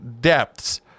depths